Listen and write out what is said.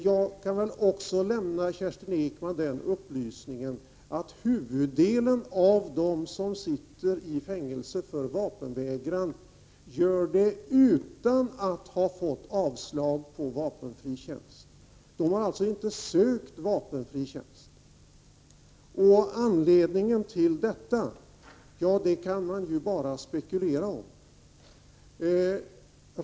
Jag kan väl också lämna Kerstin Ekman den upplysningen att huvuddelen av dem som sitter i fängelse för vapenvägran gör det utan att ha fått avslag på någon ansökan om vapenfri tjänst. De har inte sökt vapenfri tjänst, och anledningen till detta kan man ju bara spekulera om.